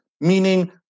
meaning